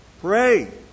Pray